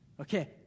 Okay